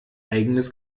eigenes